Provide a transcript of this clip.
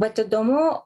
vat įdomu